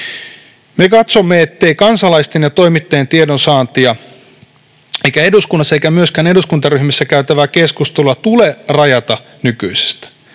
Me katsomme, ettei kansalaisten ja toimittajien tiedonsaantia eikä eduskunnassa eikä myöskään eduskuntaryhmissä käytävää keskustelua tule rajata nykyisestä.